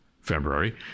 February